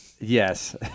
Yes